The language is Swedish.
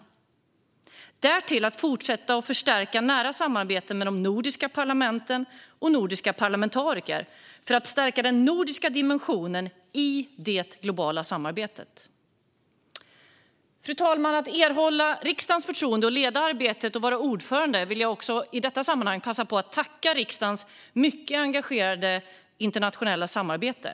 Därtill gäller det att fortsätta att förstärka det nära samarbetet med de nordiska parlamenten och nordiska parlamentariker för att stärka den nordiska dimensionen i det globala samarbetet. Fru talman! Jag vill tacka för riksdagens förtroende att leda arbetet och vara ordförande. Jag vill också i detta sammanhang passa på att tacka för riksdagens mycket engagerade stöd i det internationella samarbetet.